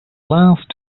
last